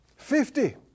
Fifty